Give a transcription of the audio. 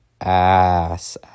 ass